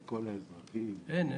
--- אין.